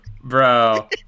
Bro